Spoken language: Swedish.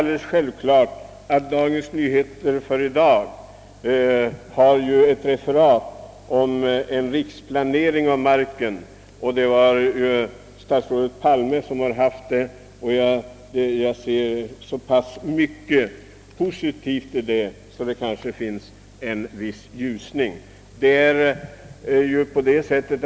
Dagens Nyheter har i dag även ett referat om den riksplanering av marken som statsrådet Palme överväger. Det är självklart att en sådan planering utgör en positiv sak och något som kan medföra en viss ljusning även i det avseende vi nu diskuterar.